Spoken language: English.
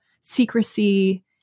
secrecy